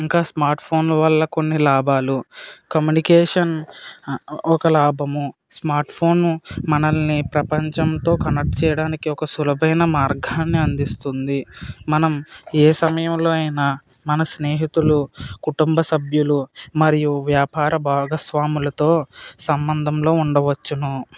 ఇంకా స్మార్ట్ ఫోన్ల వల్ల కొన్ని లాభాలు కమ్యూనికేషన్ ఒక లాభము స్మార్ట్ ఫోను మనలని ప్రపంచంతో కనెక్ట్ చేయడానికి ఒక సులభమైన మార్గాన్ని అందిస్తుంది మనం ఏ సమయంలో అయిన మన స్నేహితులు కుటుంబసభ్యులు మరియు వ్యాపార భాగస్వాములతో సంబంధంతో ఉండవచ్చు